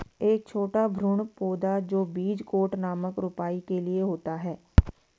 एक छोटा भ्रूण पौधा जो बीज कोट नामक रोपाई के लिए होता है